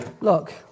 Look